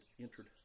entered